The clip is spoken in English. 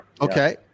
Okay